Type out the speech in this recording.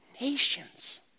nations